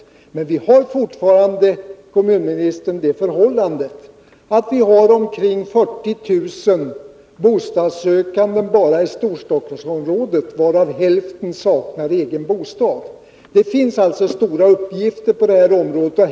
Vi har fortfarande, herr kommunminister, det förhållandet att det finns omkring 40000 bostadssökande bara i Storstockholmsområdet, varav hälften saknar egen bostad. Det finns alltså stora uppgifter på detta område.